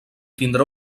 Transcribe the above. tindrà